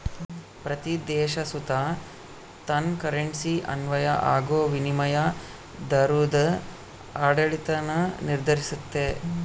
ಪ್ರತೀ ದೇಶ ಸುತ ತನ್ ಕರೆನ್ಸಿಗೆ ಅನ್ವಯ ಆಗೋ ವಿನಿಮಯ ದರುದ್ ಆಡಳಿತಾನ ನಿರ್ಧರಿಸ್ತತೆ